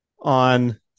on